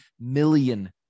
million